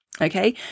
okay